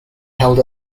held